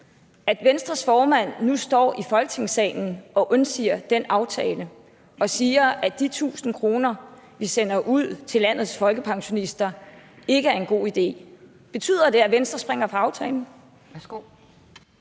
at Venstres formand nu står i Folketingssalen og undsiger den aftale fra for ikke mange dage siden og siger, at de 1.000 kr., vi sender ud til landets folkepensionister, ikke er en god idé. Betyder det, at Venstre springer fra aftalen?